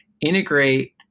integrate